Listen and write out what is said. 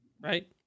right